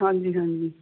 ਹਾਂਜੀ ਹਾਂਜੀ